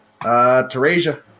Teresia